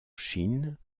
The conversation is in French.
chine